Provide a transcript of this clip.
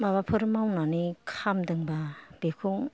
माबाफोर मावनानै खामदोंबा बेखौ